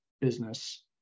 business